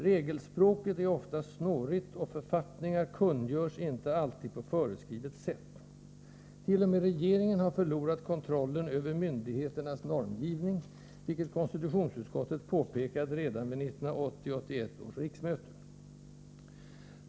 Regelspråket är ofta snårigt, och författningar kungörs inte alltid på föreskrivet sätt. T. o. m. regeringen har förlorat kontrollen över myndigheternas ”normgivning”, vilket konstitutionsutskottet påpekat redan vid 1980/81 års riksmöte.